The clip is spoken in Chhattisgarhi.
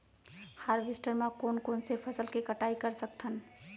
हारवेस्टर म कोन कोन से फसल के कटाई कर सकथन?